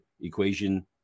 equation